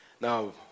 Now